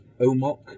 Omok